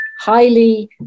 highly